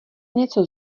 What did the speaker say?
něco